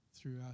throughout